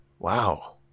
wow